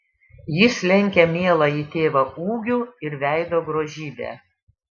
jis lenkia mieląjį tėvą ūgiu ir veido grožybe